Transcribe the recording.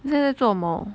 你现在在做什么